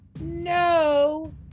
no